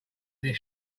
this